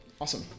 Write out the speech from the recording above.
Awesome